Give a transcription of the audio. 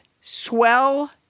swell